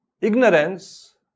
Ignorance